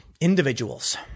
individuals